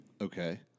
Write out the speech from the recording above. Okay